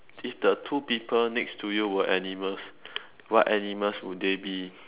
if the two people next to you were animals what animals will they be